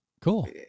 cool